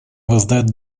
воздать